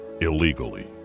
illegally